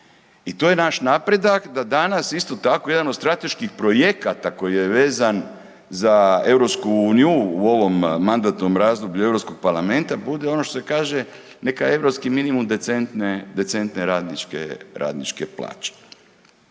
I to je naš napredak da danas isto tako jedan od strateških projekata koji je vezan za EU u ovom mandatnom razdoblju Europskog parlamenta bude ono što se kaže neki europski minimum decentne, decentne